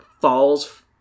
falls